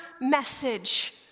message